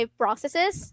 processes